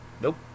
nope